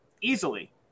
easily